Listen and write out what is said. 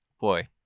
boy